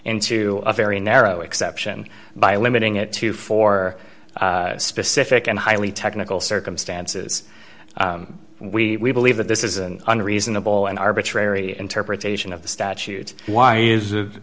into a very narrow exception by limiting it to for specific and highly technical circumstances we believe that this is an unreasonable and arbitrary interpretation of the statute why is